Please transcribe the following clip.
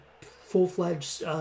full-fledged